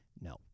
No